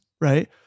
right